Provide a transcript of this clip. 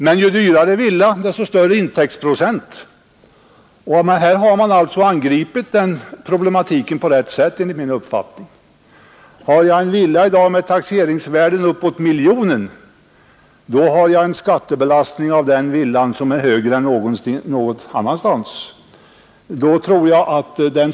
Men ju dyrare villa, desto högre intäktsprocent. Här har man enligt min uppfattning angripit problematiken på rätt sätt. Har jag i dag en villa med taxeringsvärde uppåt miljonen, får jag en skattebelastning som är högre än i andra fall.